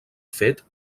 fet